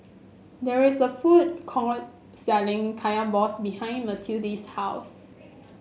there is a food court selling Kaya Balls behind Matilde's house